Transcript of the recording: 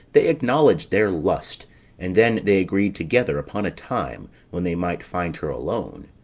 they acknowledged their lust and then they agreed together upon a time, when they might find her alone.